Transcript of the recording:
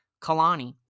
Kalani